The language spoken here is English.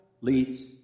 leads